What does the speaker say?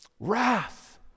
Wrath